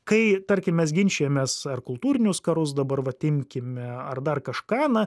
kai tarkim mes ginčijamės ar kultūrinius karus dabar vat imkime ar dar kažką na